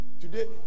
today